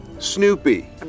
Snoopy